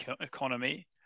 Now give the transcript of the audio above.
economy